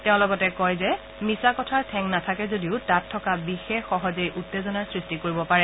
তেওঁ লগতে কয় যে মিছা কথাৰ ঠেং নাথাকে যদিও তাত থকা বিষে সহজেই উত্তেজনাৰ সৃষ্টি কৰিব পাৰে